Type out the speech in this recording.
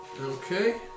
Okay